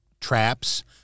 traps